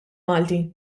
malti